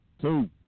two